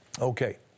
Okay